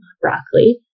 broccoli